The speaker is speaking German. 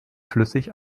flüssig